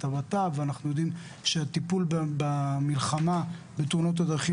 הבט"פ ואנחנו יודעים שהטיפול במלחמה בתאונות הדרכים